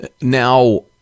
Now